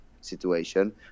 situation